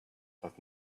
but